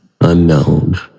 Unknown